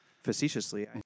facetiously